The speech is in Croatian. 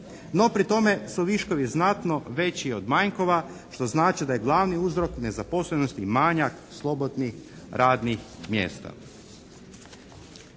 no pri tome su viškovi znatno veći od manjkova što znači da je glavni uzrok nezaposlenosti i manjak slobodnih radnih mjesta.